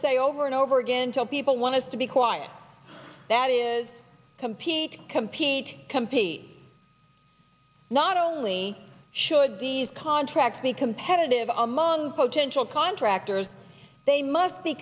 say over and over again so people want to be quiet that is compete compete compete not only should these contracts be competitive among potentilla contractors they must be